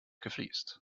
gefliest